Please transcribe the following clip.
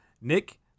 Nick